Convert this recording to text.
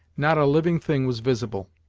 not a living thing was visible,